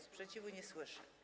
Sprzeciwu nie słyszę.